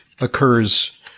occurs